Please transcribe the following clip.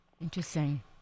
interesting